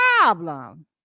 problem